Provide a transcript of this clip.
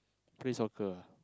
play soccer ah